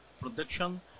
production